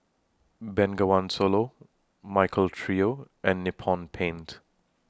Bengawan Solo Michael Trio and Nippon Paint